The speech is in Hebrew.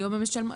היום הן משלמות.